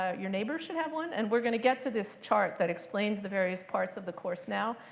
ah your neighbor should have one. and we're going to get to this chart that explains the various parts of the course now.